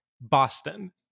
boston